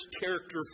character